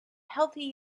healthy